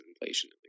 inflation